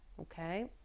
Okay